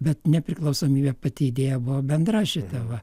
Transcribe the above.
bet nepriklausomybė pati idėja buvo bendra šita va